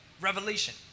revelation